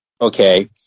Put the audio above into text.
okay